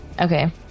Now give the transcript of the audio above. Okay